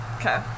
Okay